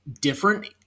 different